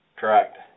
Correct